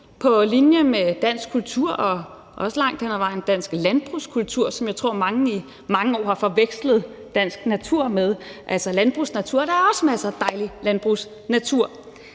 på linje med dansk kultur og også langt hen ad vejen dansk landbrugskultur, som jeg tror mange mennesker i mange år har forvekslet dansk natur med, altså landbrugsnatur. Der er også masser af dejlig landbrugsnatur.